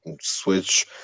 switch